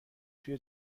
توی